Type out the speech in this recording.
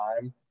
time